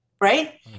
Right